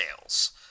sales